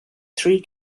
three